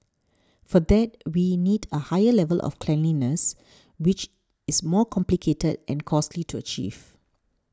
for that we need a higher level of cleanliness which is more complicated and costly to achieve